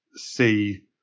see